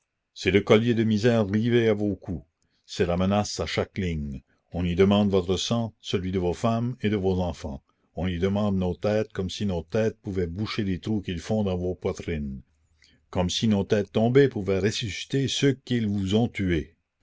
c'est le collier de misère rivé à vos cous c'est la menace à chaque ligne on y demande votre sang celui de vos femmes et de vos enfants on y demande nos têtes comme si nos têtes pouvaient boucher les trous qu'ils font dans vos poitrines comme si nos têtes tombées pouvaient ressusciter ceux qu'ils vous ont tués